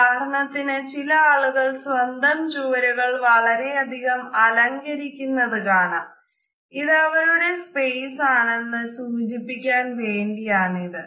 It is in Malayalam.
ഉദാഹരണത്തിന് ചില ആളുകൾ സ്വന്തം ചുവരുകൾ വളരെ അധികം അലങ്കരിക്കുന്നത് കാണാം ഇതവരുടെ സ്പേസ് ആണെന്ന് സൂചിപ്പിക്കാൻ വേണ്ടിയാണിത്